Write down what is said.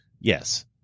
Yes